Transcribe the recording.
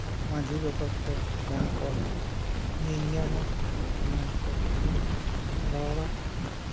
ᱢᱟᱹᱡᱷᱤ ᱵᱟᱵᱟ ᱠᱚ ᱡᱟᱦᱟᱸᱭ ᱠᱚ ᱧᱮᱞ ᱧᱟᱢᱟ ᱚᱱᱟ ᱜᱮᱠᱚ ᱨᱚᱲᱟ